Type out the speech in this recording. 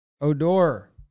Odor